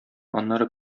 аннары